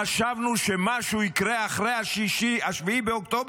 חשבנו שמשהו יקרה אחרי 7 באוקטובר.